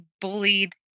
bullied